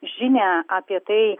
žinią apie tai